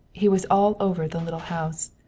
he was all over the little house.